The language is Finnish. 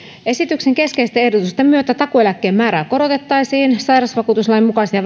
esityksen keskeisten ehdotusten myötä takuueläkkeen määrää korotettaisiin sairausvakuutuslain mukaisia